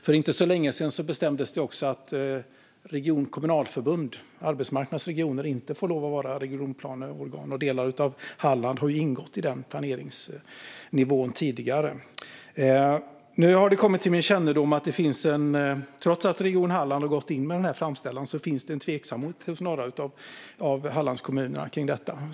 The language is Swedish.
För inte så länge sedan bestämdes det också att region och kommunalförbund och arbetsmarknadsregioner inte får lov att vara regionplaneorgan. Delar av Halland har ju ingått i den planeringsnivån tidigare. Nu har det kommit till min kännedom att det trots att Region Halland har gått in med denna framställan finns en tveksamhet hos några av Hallandskommunerna kring detta.